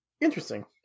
interesting